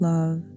Love